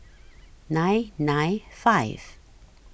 nine nine five